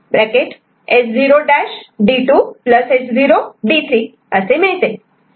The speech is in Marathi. S0' D2 S0 D3 असे मिळते